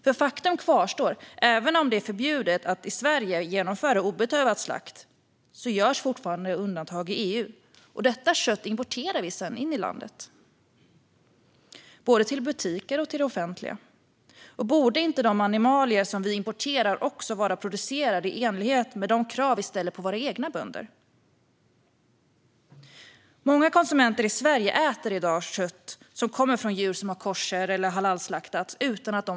För faktum kvarstår att även om det är förbjudet att genomföra obedövad slakt i Sverige så görs det fortfarande undantag i EU, och detta kött importerar vi sedan in i landet, både till butiker och till det offentliga. Borde inte de animalier som vi importerar också vara producerade i enlighet med de krav som vi ställer på våra egna bönder? Många konsumenter i Sverige äter i dag, utan att de vet om det, kött som kommer från djur som har kosher eller halalslaktats.